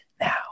now